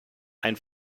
ein